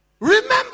Remember